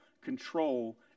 control